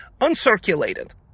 uncirculated